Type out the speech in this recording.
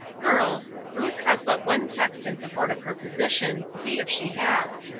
girls, ruth has but one text in support of her position see if she has.